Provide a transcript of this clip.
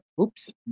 Oops